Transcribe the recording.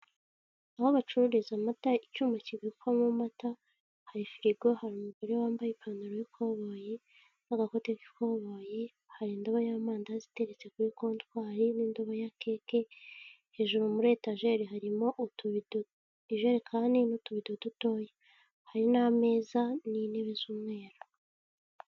Aho bacururiza amata, icyuma kibikwamo amata, hari firigo, hari umugore wambaye ipantaro y'ikoboyi n'agakote k'ikoboyi, hari indobo y'amandazi iteretse kuri kotwari n'indobo ya keke, hejuru muri etageri harimo utubido, ijerekani n'utubito dutoya. Hari n'ameza n'intebe z'umweru.